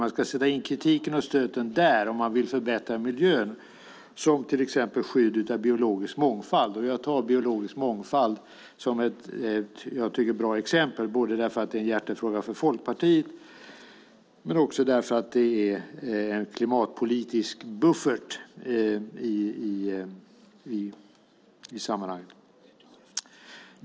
Man ska sätta in kritiken och stöten där om man vill förbättra miljön. Det gäller till exempel skydd av biologisk mångfald. Jag tar biologisk mångfald som ett, tycker jag, bra exempel inte bara för att det är en hjärtefråga för Folkpartiet utan även för att det är en klimatpolitisk buffert i sammanhanget.